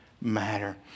matter